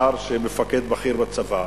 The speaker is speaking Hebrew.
שר שהיה מפקד בכיר בצבא,